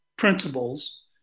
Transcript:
principles